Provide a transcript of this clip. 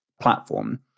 platform